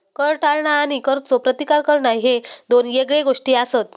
कर टाळणा आणि करचो प्रतिकार करणा ह्ये दोन येगळे गोष्टी आसत